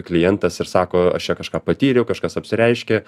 klientas ir sako aš čia kažką patyriau kažkas apsireiškė